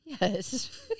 Yes